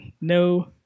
no